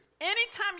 Anytime